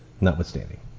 notwithstanding